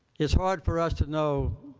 it's hard for us to know